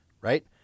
right